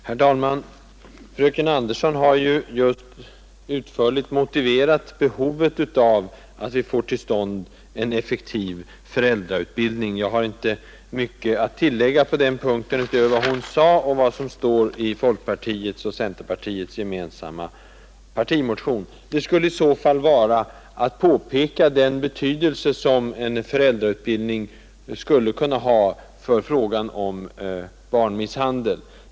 Herr talman! Fröken Andersson har just utförligt motiverat behovet av en effektiv föräldrautbildning. Jag har inte mycket att tillägga på den punkten, utöver vad hon sade, och vad som står i folkpartiets och centerpartiets gemensamma partimotion. Det skulle i så fall vara att påpeka den betydelse som en föräldrautbildning skulle kunna ha för frågan om barnmisshandel.